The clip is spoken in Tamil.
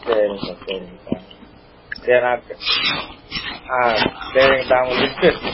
சரிங்க்கா சரிங்க்கா ஏன்னாக்க ஆ சரிங்கக்கா அவங்க லிஸ்ட்டு